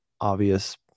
obvious